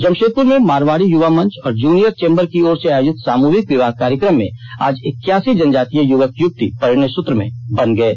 जमशेदपुर में मारवाड़ी युवा मंच और junior chamber की ओर से आयोजित सामूहिक विवाह कार्यक्रम में आज इक्कसी जनजातीय युवक युवती परिणय सूत्र में बंध गये